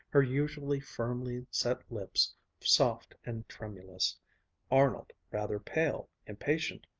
her usually firmly set lips soft and tremulous arnold rather pale, impatient,